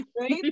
right